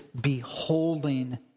beholding